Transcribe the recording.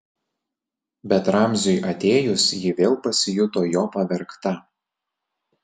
bet ramziui atėjus ji vėl pasijuto jo pavergta